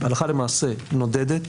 הלכה למעשה נודדת